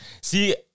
See